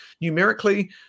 numerically